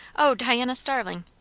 o diana starling.